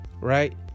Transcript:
Right